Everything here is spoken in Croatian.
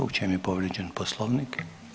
U čem je povrijeđen Poslovnik?